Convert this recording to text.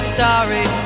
sorry